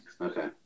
Okay